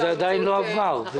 זה עדיין לא עבר.